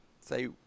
Say